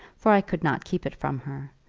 for i could not keep it from her.